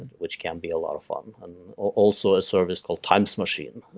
which can be a lot of fun and also a service called timesmachine,